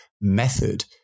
method